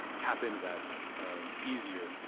tap into that easier.